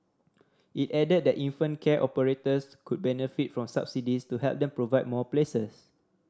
it added that infant care operators could benefit from subsidies to help them provide more places